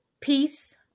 Peace